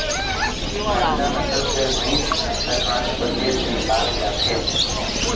मांडा नसल कर भंइस हर आंध्र परदेस में पाल जाथे